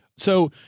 so,